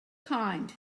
kind